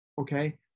okay